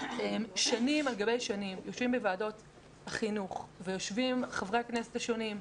שנים על גבי שנים יושבים בוועדות החינוך ויושבים חברי הכנסת השונים,